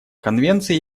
конвенция